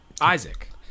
Isaac